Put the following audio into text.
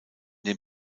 den